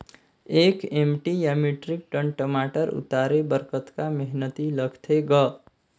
एक एम.टी या metric tonne टमाटर उतारे बर कतका मेहनती लगथे ग?